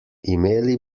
imeli